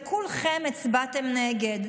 וכולכם הצבעתם נגד.